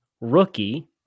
rookie